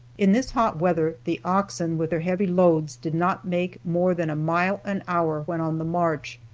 in this hot weather the oxen with their heavy loads did not make more than a mile an hour when on the march,